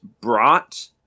brought